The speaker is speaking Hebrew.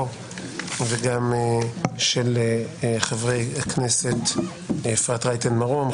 וגם של חברי הכנסת אפרת רייטן מרון,